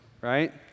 right